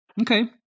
Okay